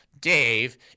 Dave